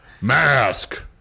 Mask